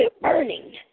burning